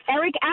Eric